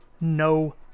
no